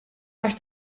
għax